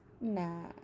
Nah